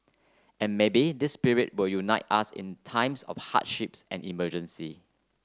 and maybe this spirit will unite us in times of hardships and emergency